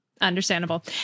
understandable